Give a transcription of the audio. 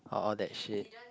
or all that shit